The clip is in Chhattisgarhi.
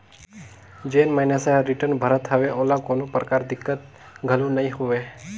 जेन मइनसे हर रिटर्न भरत हवे ओला कोनो परकार दिक्कत घलो नइ होवे